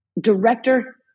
Director